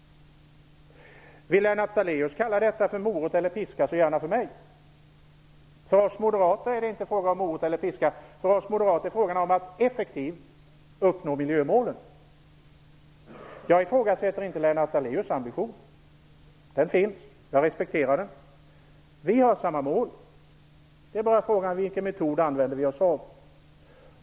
Vill Lennart Daléus kalla detta för morot eller piska, så gärna för mig. För oss moderater är det inte frågan om morot eller piska. För oss moderater är det frågan om att effektivt uppnå miljömålen. Jag ifrågasätter inte Lennart Daléus ambition. Den finns, och jag respekterar den. Vi har samma mål. Det är bara frågan om vilken metod vi använder oss av.